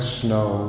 snow